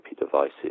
devices